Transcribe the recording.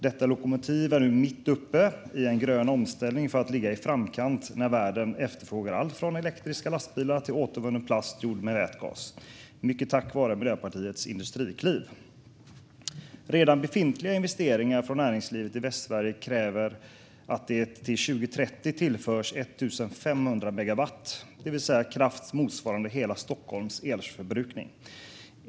Detta lokomotiv är nu mitt uppe i en grön omställning för att ligga i framkant när världen efterfrågar allt från elektriska lastbilar till återvunnen plast gjord med vätgas - mycket tack vare Miljöpartiets industrikliv. Redan befintliga investeringar från näringslivet i Västsverige kräver att det till 2030 tillförs 1 500 megawatt, det vill säga kraft motsvarande hela Stockholms elförbrukning.